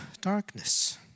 darkness